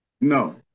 No